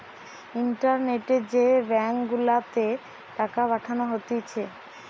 ইন্টারনেটে যে ব্যাঙ্ক গুলাতে টাকা পাঠানো হতিছে